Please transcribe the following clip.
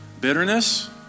Bitterness